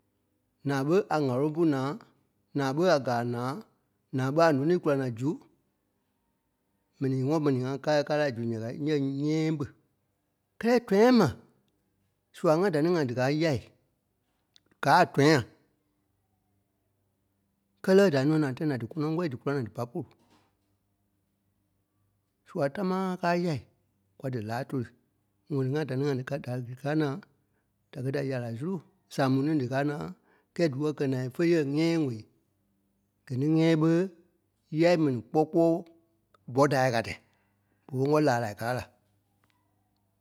ǹaa ɓé a ŋ̀aloŋ pú na, ǹaa ɓé a gàa ǹaa, ǹaa ɓé a nônii kula naa zu. M̀ɛnii ŋɔ́ mɛni ŋá káai la zui ǹya ká tí, ńyɛ̃ nyɛ̃́ɛ ɓe. Kɛ́lɛ tɔ̃yâ ma, sua ŋa da ni ŋa díkaa yâi gáa a tɔ̃yâ. Kɛ́lɛ dalí nɔ́ ǹaa dí kɔnɔŋ kɔ́rii dí kúla na dí pá pôlu. Sua támaa káa yâi, kwa dí láa toli ŋɔni ŋa da ni ŋa díka- da- díka ǹaa da kɛ dîa Yala sulu, Samu ni díkaa naa kɛ́ɛ dí wɔ̂i kɛ ǹaai fé yɛ̂ɛ nyɛ̃ɛ ŋwɛ̂i, gɛ̀ ní nyɛ̃́ɛ ɓé yâi mɛni kpɔ́ kpɔɔ bɔ́ tâai ká tí bere ɓé ŋɔ́ laa lai káa la.